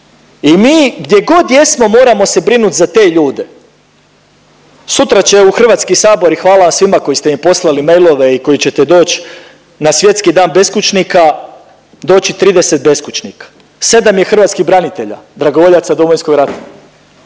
i mi gdje god jesmo moramo se brinut za te ljude. Sutra će u HS i hvala svima koji ste mi poslali mailove i koji ćete doć na Svjetski Dan beskućnika, doći 30 beskućnika, 7 je hrvatskih branitelja, dragovoljaca Domovinskog rata